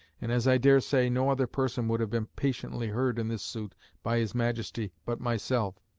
and, as i dare say, no other person would have been patiently heard in this suit by his majesty but myself,